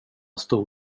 stor